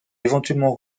éventuellement